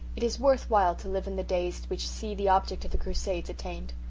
it is worth while to live in the days which see the object of the crusades attained.